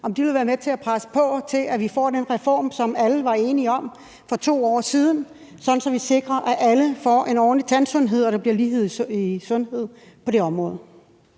om de vil være med til at presse på, for at vi får den reform, som alle var enige om for 2 år siden, sådan at vi sikrer, at alle får en ordentlig tandsundhed, og at der bliver lighed i sundhed på det område.